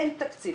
אין תקציב.